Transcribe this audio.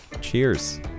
Cheers